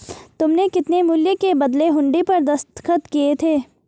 तुमने कितने मूल्य के बदले हुंडी पर दस्तखत किए थे?